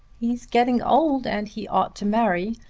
he's getting old and he ought to marry.